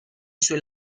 suoi